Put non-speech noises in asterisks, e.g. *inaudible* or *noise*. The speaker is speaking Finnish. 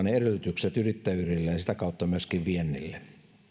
*unintelligible* ne edellytykset yrittäjyydelle ja ja sitä kautta myöskin viennille